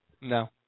No